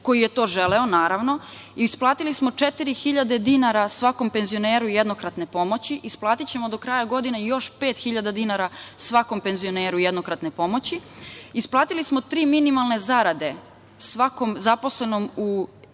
koji je to želeo, naravno. Isplatili smo 4.000 dinara svakom penzioneru jednokratne pomoći, isplatićemo do kraja godine još 5.000 dinara svakom penzioneru jednokratne pomoći. Isplatili smo tri minimalne zarade svakom zaposlenom u